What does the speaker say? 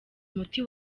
umuti